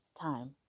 time